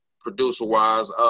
producer-wise